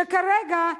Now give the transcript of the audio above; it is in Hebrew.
שכרגע,